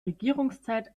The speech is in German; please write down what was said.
regierungszeit